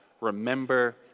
remember